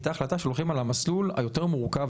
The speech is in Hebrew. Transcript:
הייתה החלטה שהולכים על המסלול היותר מורכב,